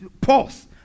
pause